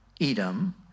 Edom